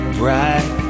bright